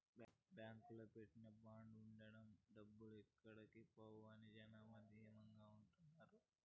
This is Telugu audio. బాంకులో పెట్టే బాండ్ ఉంటే డబ్బులు ఎక్కడ పోవు అని జనాలు ధీమాగా ఉంటారు